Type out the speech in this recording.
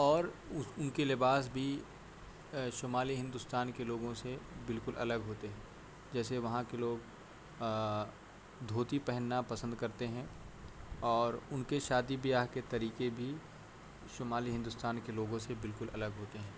اور ان کے لباس بھی شمالی ہندوستان کے لوگوں سے بالکل الگ ہوتے ہیں جیسے وہاں کے لوگ دھوتی پہننا پسند کرتے ہیں اور ان کے شادی بیاہ کے طریقے بھی شمالی ہندوستان کے لوگوں سے بالکل الگ ہوتے ہیں